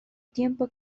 tiempo